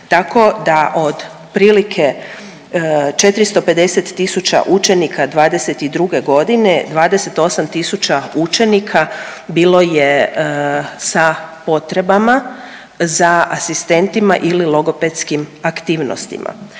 tako da otprilike 450000 učenika 2022. godine 28000 učenika bilo je sa potrebama za asistentima ili logopedskim aktivnostima.